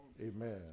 Amen